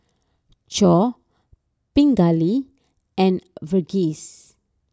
Choor Pingali and Verghese